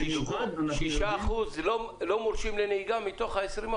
קודמי שדיבר על רמתי של המורה מוזמן להיכנס לאתר מחלקת המחקר של הכנסת